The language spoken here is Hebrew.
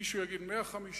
מישהו יגיד 150,